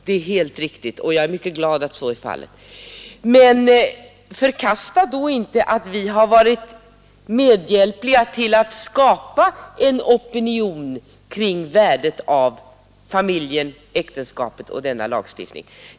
Det är alldeles riktigt. Jag är mycket glad för att så är fallet. Men förkasta då inte att vi har varit medhjälpliga när det gällt att skapa en opinion kring värdet av familjen, äktenskapet och denna lagstiftning!